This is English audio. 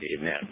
amen